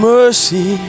Mercy